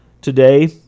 today